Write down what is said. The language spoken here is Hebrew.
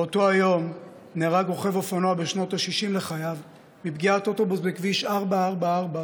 באותו יום נהרג רוכב אופנוע בשנות ה-60 לחייו מפגיעת אוטובוס בכביש 444,